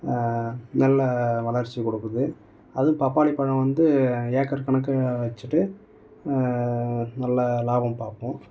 நல்ல வளர்ச்சி கொடுக்குது அதுவும் பப்பாளி பழம் வந்து ஏக்கர் கணக்கு வெச்சுட்டு நல்ல லாபம் பார்ப்போம்